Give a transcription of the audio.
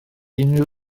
unrhyw